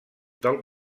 del